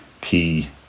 key